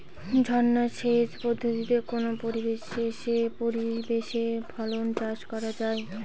ঝর্না সেচ পদ্ধতিতে কোন পরিবেশে ফসল চাষ করা যায়?